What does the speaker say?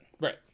right